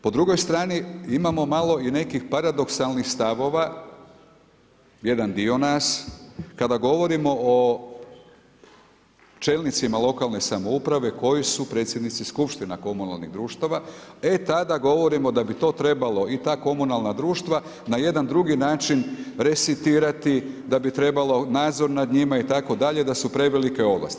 Po drugoj strani imamo malo i nekih paradoksalnih stavova, jedan dio nas, kada govorimo o čelnicima lokalne samouprave koji su predsjednici skupština komunalnih društava, e tada govorimo da bi to trebalo i ta komunalna društva na jedan drugi način resetirati, da bi trebalo nadzor nad njima da su prevelike ovlasti.